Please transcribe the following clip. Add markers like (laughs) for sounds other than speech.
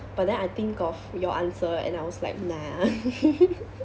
but then I think of your answer and I was like nah (laughs)